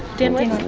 dan witts